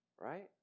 Right